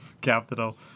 capital